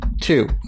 Two